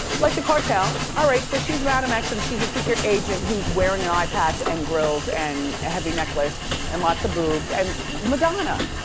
like the cartel. alright, so she's madam x and she's a secret agent who's wearing an eyepatch and grills and a heavy necklace and lots of boobs, and madonna.